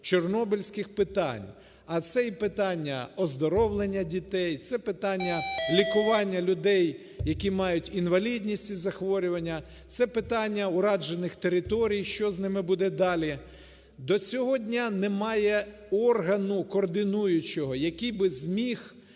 чорнобильських питань, а це й питання оздоровлення дітей, це питання лікування людей, які мають інвалідність і захворювання, це питання уражених територій, що з ними буде далі. До цього дня немає органу координуючого, який би зміг